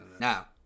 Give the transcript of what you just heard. Now